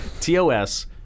TOS